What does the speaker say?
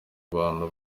abantu